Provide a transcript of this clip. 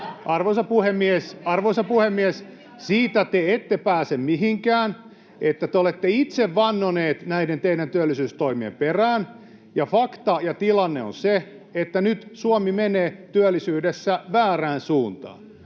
arvoisa puhemies, siitä te ette pääse mihinkään, että te olette itse vannoneet näiden teidän työllisyystoimienne perään ja fakta ja tilanne on se, että nyt Suomi menee työllisyydessä väärään suuntaan.